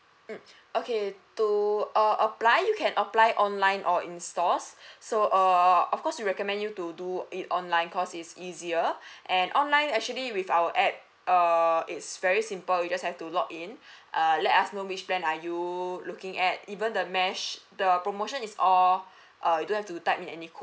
mm okay to err apply you can apply online or in stores so err of course we recommend you to do it online cause it's easier and online actually with our app err it's very simple you just have to log in err let us know which plan are you looking at even the mesh the promotion is err err you don't have to type in any code